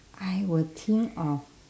I will think of